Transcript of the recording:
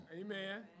Amen